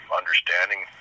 understanding